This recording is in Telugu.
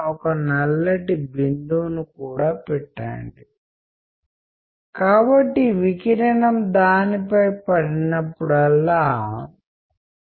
కనుక వారి నిర్వచనాలు కూడా వైవిధ్యంగా ఉన్నాయి ఒకరు చెట్టులా ఉందన్నారు మరొకరు పాములా అన్నారు లేదా గోడ వారు వారి ముట్టుకున్న శరీర భాగాలనుబట్టి లెదా దా గట్టిగా సూటిగా వారు దంతం ముట్టుకున్నప్పుడు లేదా పళ్ళెము లాగా చెవులు ముట్టుకున్నప్పుడు